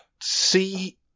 see